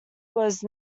was